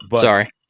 sorry